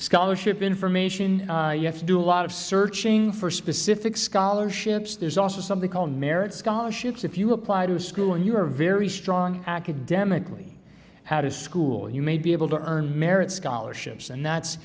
scholarship information you have to do a lot of searching for specific scholarships there's also something called merit scholarships if you apply to school and you are very strong academically how to school you may be able to earn merit scholarships and that's